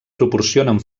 proporcionen